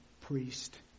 priest